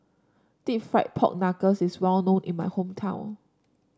deep fried Pork Knuckles is well known in my hometown